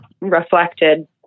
reflected